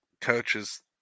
coaches